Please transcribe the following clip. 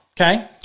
Okay